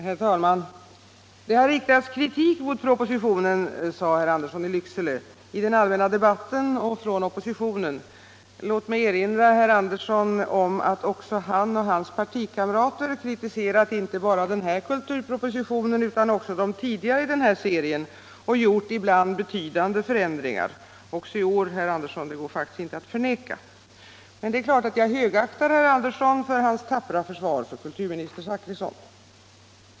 Herr talman! Det har riktats kritik mot propositionen, sade herr Andersson i Lycksele. i den allmänna debatten och från oppositionen. Låt mig erinra herr Andersson om att också han och hans partikamrater har kritiserat inte bara den här kulturpropositionen utan också de tidigare i serien och gjort ibland betydande förändringar. Så är fallet också i år, herr Andersson, det går faktiskt inte att förneka. - Men det är klart att jag högaktar herr Andersson för hans tappra försvar av kulturminister Zachrisson.